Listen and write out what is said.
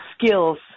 skills